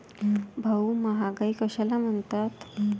भाऊ, महागाई कशाला म्हणतात?